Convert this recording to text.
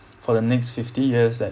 for the next fifty years at